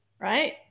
right